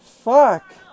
Fuck